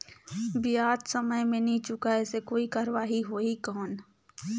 ब्याज समय मे नी चुकाय से कोई कार्रवाही होही कौन?